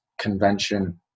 convention